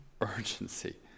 Urgency